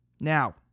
Now